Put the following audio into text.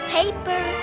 paper